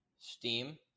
Steam